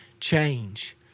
change